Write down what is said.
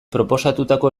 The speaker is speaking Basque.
proposatutako